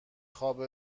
خواب